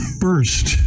first